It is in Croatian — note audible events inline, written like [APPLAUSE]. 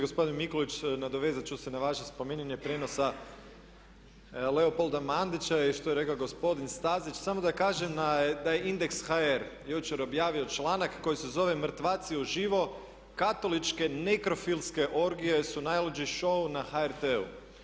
Gospodine Mikulić nadovezati ću se na vaše spominjanje … [UNINTELLIGIBLE] Leopolda Mandića i što je rekao gospodin Stazić, samo da kažem da je Indeks.hr jučer objavio članak koji se zove mrtvaci uživo katoličke nekrofilske orgije su najluđi show na HRT-u.